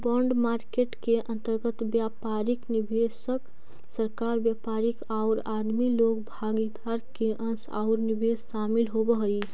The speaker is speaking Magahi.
बॉन्ड मार्केट के अंतर्गत व्यापारिक निवेशक, सरकार, व्यापारी औउर आदमी लोग भागीदार के अंश औउर निवेश शामिल होवऽ हई